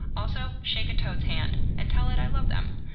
also, shake a toad's hand and tell it i love them.